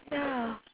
ya